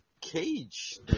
cage